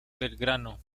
belgrano